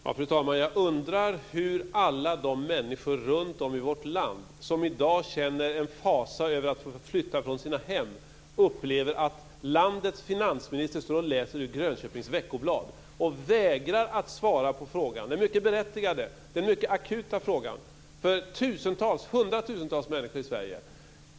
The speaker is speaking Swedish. Fru talman! Jag undrar hur alla de människor runtom i vårt land som i dag känner en fasa över att få flytta från sina hem upplever att landets finansminister står och läser ur Grönköpings Veckoblad och vägrar att svara på en mycket berättigad och akut fråga för hundratusentals människor i Sverige.